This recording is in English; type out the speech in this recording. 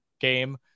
game